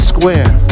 Square